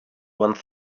one